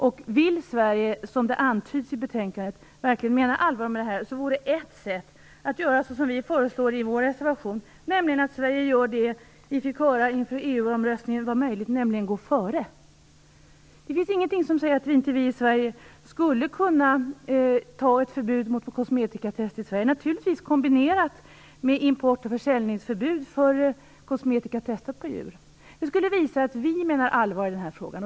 Om Sverige verkligen menar allvar med detta, vilket antyds i betänkandet, vore ett sätt att göra som vi föreslår i vår reservation, nämligen att Sverige gör det som vi fick höra inför EU-omröstningen att man kunde göra, nämligen att gå före. Det finns ingenting som säger att vi i Sverige inte skulle kunna fatta beslut om ett förbud mot kosmetikatest i Sverige. Naturligtvis skall detta kombineras med import och försäljningsförbud av kosmetika som har testats på djur. Det skulle visa att vi menar allvar i denna fråga.